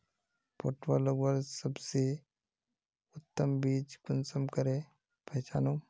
पटुआ लगवार सबसे उत्तम बीज कुंसम करे पहचानूम?